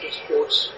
sports